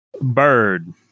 Bird